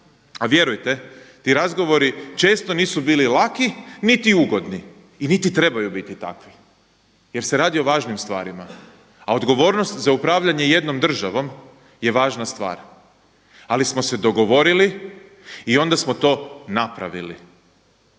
a vjerujte ti razgovori često nisu bili laki niti ugodni i niti trebaju biti takvi jer se radi o važnim stvarima a odgovornost za upravljanje jednom državom je važna stvar. Ali smo se dogovorili i onda smo to napravili.